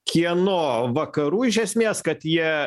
kieno vakarų iš esmės kad jie